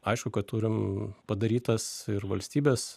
aišku kad turim padarytas ir valstybės